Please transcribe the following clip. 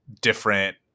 different